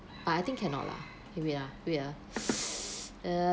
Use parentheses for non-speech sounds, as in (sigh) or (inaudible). but I think cannot lah you wait ah wait ah (breath)